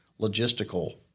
logistical